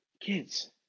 kids